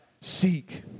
Seek